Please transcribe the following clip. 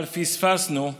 אבל פספסנו,